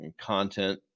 content